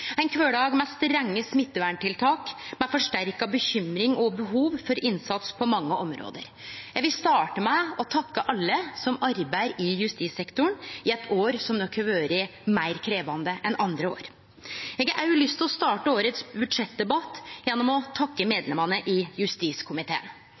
ein kvardag med strenge smitteverntiltak, med forsterka bekymring og behov for innsats på mange område. Eg vil starte årets budsjettdebatt med å takke alle som arbeider i justissektoren, i eit år som nok har vore meir krevjande enn andre år. Eg har òg lyst til å takke medlemene i justiskomiteen. Eg vil rose dei for å